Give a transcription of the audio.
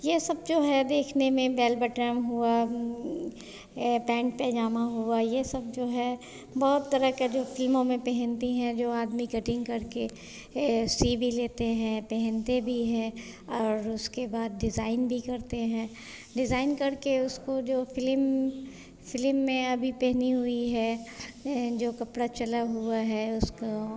ये सब जो है देखने में बेल बटेम हुआ पैंट पजामा हुआ ये सब जो है बहुत तरह की जो फ्लिमों में पहनते हैं जो आदमी कटिंग करके सी भी लेते हैं पहनते भी हैं और उसके बाद डिज़ाइन भी करते हैं डिज़ाइन करके उसको जो फिलिम स्लिम में अभी पहनी हुई है जो कपड़ा चला हुवा है उसका